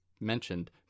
mentioned